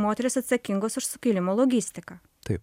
moterys atsakingos už sukilimo logistiką taip